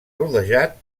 rodejat